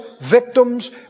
victims